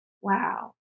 Wow